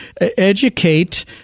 educate